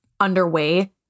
underway